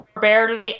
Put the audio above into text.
barely